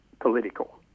political